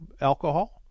alcohol